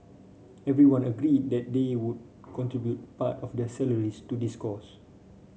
everyone agreed that they would contribute part of their salaries to this cause